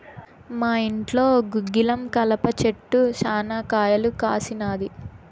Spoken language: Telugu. మా ఇంట్లో గుగ్గిలం కలప చెట్టు శనా కాయలు కాసినాది